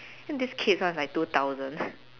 and this kids one's was like two thousand